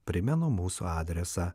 primenu mūsų adresą